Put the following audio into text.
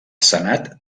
senat